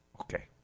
Okay